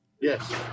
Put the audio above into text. Yes